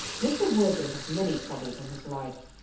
mr. worthing has many troubles in his life.